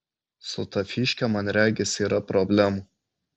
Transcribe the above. su ta fyške man regis yra problemų